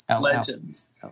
Legends